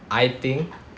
I think